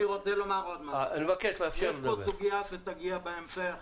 יש כאן סוגיה שתגיע בהמשך